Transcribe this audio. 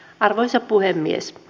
arvoisa puhemies